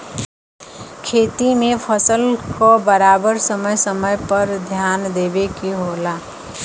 खेती में फसल क बराबर समय समय पर ध्यान देवे के होला